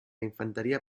infanteria